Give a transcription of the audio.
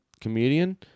comedian